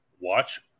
watch